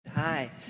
Hi